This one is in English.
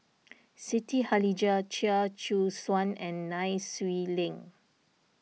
Siti Khalijah Chia Choo Suan and Nai Swee Leng